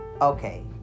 Okay